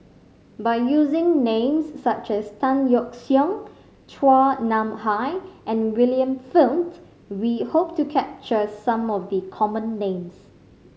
by using names such as Tan Yeok Seong Chua Nam Hai and William Flint we hope to capture some of the common names